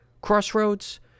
Crossroads